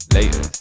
Later